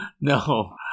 No